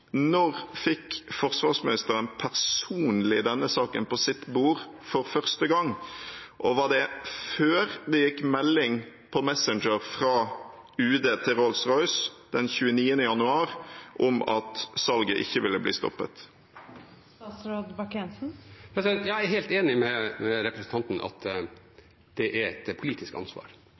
Når fikk forsvarsministeren personlig denne saken på sitt bord for første gang? Og var det før det gikk melding på Messenger fra UD til Rolls-Royce den 29. januar om at salget ikke ville bli stoppet? Jeg er helt enig med representanten i at det er et politisk ansvar,